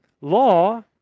Law